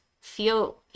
feel